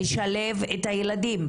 לשלב את הילדים?